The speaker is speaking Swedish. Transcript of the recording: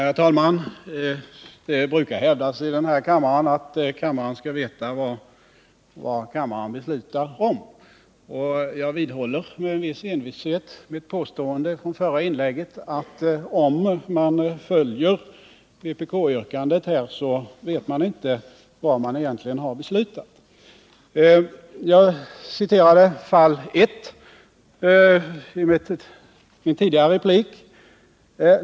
Herr talman! Det brukar hävdas här att kammaren skall veta vad kammaren beslutar om, och jag vidhåller med en viss envishet mitt påstående från det förra inlägget, att om man följer vpk-yrkandet vet man inte vad man egentligen har beslutat. Jag citerade fall 1 i min tidigare replik.